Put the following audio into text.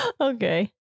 Okay